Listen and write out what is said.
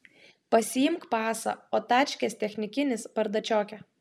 pasiimk pasą o tačkės technikinis bardačioke